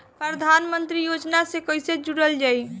प्रधानमंत्री योजना से कैसे जुड़ल जाइ?